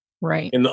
Right